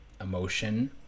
emotion